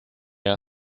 are